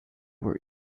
were